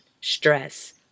stress